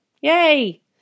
Yay